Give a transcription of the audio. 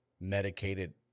Medicated